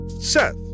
Seth